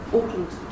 Auckland